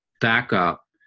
backup